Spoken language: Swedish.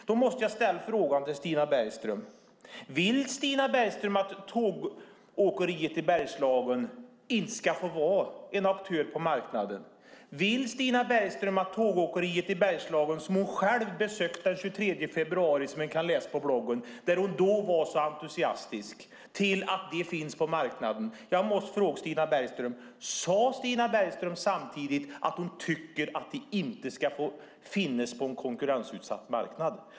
Då måste jag ställa frågan till Stina Bergström om hon vill att Tågåkeriet i Bergslagen inte ska få vara en aktör på marknaden. Stina Bergström besökte själv Tågåkeriet i Bergslagen den 23 februari, vilket man kan läsa på hennes blogg, och då var hon så entusiastisk till att de finns på marknaden. Jag måste fråga om Stina Bergström samtidigt sade att hon tycker att de inte ska få finnas på en konkurrensutsatt marknad.